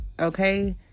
okay